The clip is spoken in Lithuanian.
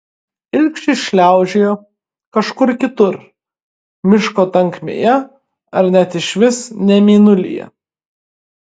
ilgšis šliaužiojo kažkur kitur miško tankmėje ar net išvis ne mėnulyje